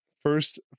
first